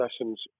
lessons